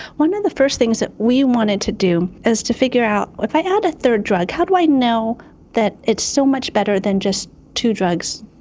one of the first things that we wanted to do is to figure out, if i add a third drug, how do i know that it's so much better than just two drugs?